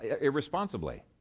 irresponsibly